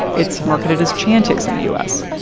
it's marketed as chantix in the u s.